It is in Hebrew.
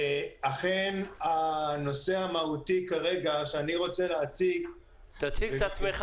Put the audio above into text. אכן הנושא המהותי שאני רוצה להציג --- תציג את עצמך.